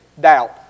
Doubt